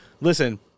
listen